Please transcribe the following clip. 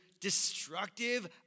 destructive